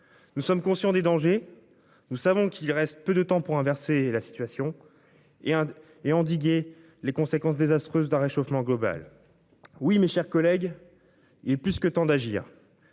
Nous sommes conscients des dangers. Nous savons qu'il reste peu de temps pour inverser la situation et Inde et endiguer les conséquences désastreuses d'un réchauffement global. Oui, mes chers collègues. Est plus que temps d'agir.